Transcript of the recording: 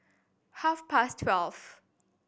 half past twelve